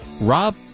Rob